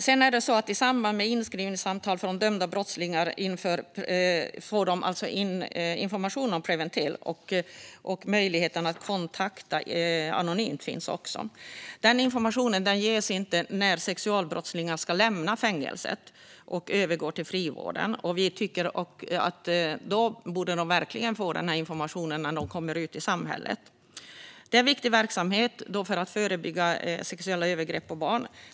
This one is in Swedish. I samband med inskrivningssamtalet får dömda brottslingar information om Preventell, och det finns också möjlighet att kontakta dem anonymt. Denna information ges dock inte när sexualbrottslingar ska lämna fängelset och övergå till frivården. Vi tycker verkligen att de borde få denna information när de kommer ut i samhället. Detta är en viktig verksamhet för att förebygga sexuella övergrepp på barn.